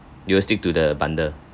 you will stick to the bundle